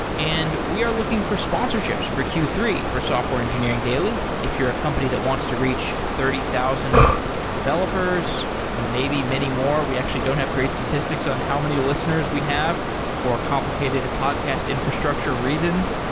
and we are looking for sponsorships for q three for software engineering daily. if you're a company that wants to reach thirty thousand developers, maybe many more, we actually don't have great statistics on how many listeners we have for complicated podcast infrastructure reasons.